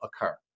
occur